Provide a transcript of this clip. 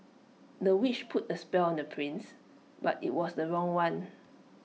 the witch put A spell on the prince but IT was the wrong one